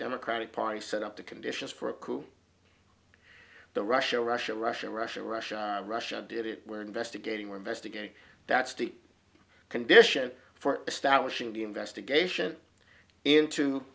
democratic party set up the conditions for a coup the russia russia russia russia russia russia did it we're investigating or investigating that's the condition for establishing the investigation into